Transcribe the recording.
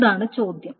അതാണ് ചോദ്യം